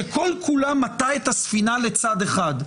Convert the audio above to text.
שכל כולה מטה את הספינה לצד אחד,